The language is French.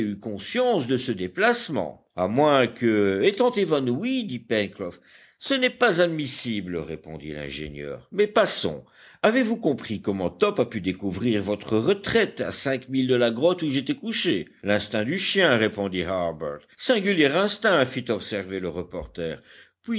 conscience de ce déplacement à moins que étant évanoui dit pencroff ce n'est pas admissible répondit l'ingénieur mais passons avez-vous compris comment top a pu découvrir votre retraite à cinq milles de la grotte où j'étais couché l'instinct du chien répondit harbert singulier instinct fit observer le reporter